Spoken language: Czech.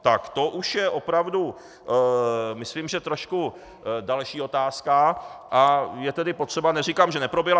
Tak to už je opravdu, myslím, že další otázka, a je tedy potřeba neříkám, že neproběhla.